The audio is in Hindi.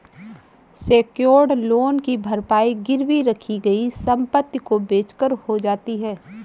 सेक्योर्ड लोन की भरपाई गिरवी रखी गई संपत्ति को बेचकर हो जाती है